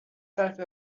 طرفی